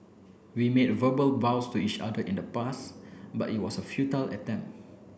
we made verbal vows to each other in the past but it was a futile attempt